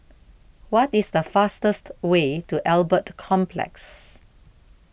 what is the fastest way to Albert Complex